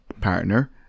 partner